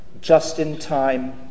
just-in-time